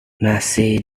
nasi